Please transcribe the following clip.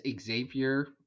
Xavier